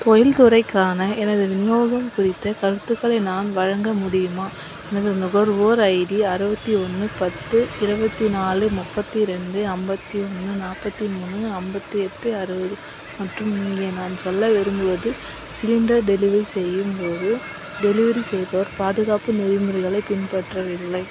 தொழில்துறைக்கான எனது விநியோகம் குறித்த கருத்துக்களை நான் வழங்க முடியுமா எனது நுகர்வோர் ஐடி அறுபத்தி ஒன்று பத்து இருபத்தி நாலு முப்பத்தி ரெண்டு ஐம்பத்தி ஒன்று நாற்பத்தி மூணு ஐம்பத்தி எட்டு அறுபது மற்றும் இங்கே நான் சொல்ல விரும்புவது சிலிண்டர் டெலிவரி செய்யும் போது டெலிவரி செய்பவர் பாதுகாப்பு நெறிமுறைகளைப் பின்பற்றவில்லை